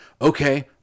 Okay